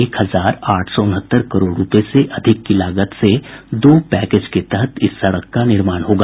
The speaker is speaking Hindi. एक हजार आठ सौ उनहत्तर करोड़ रूपये से अधिक की लागत से दो पैकेज के तहत इस सड़क का निर्माण होगा